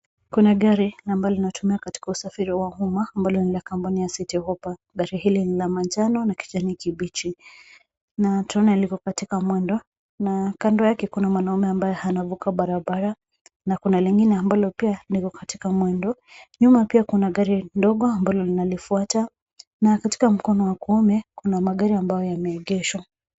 Kuna gari ambalo linatumiwa katika usafiri wa umma ambalo ni la kampuni ya City Hoppa . Gari hili ni la manjano na kijani kibichi na tunaona liko katika mwendo na kando yake kuna mwanaume ambaye anavuka barabara na kuna lingine ambalo pia liko katika mwendo. Nyuma pia kuna gari ndogo ambalo linalifuata na katika mkono wa kuume kuna magari ambayo yameegeshwa.